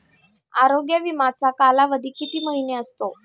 आरोग्य विमाचा कालावधी किती महिने असतो?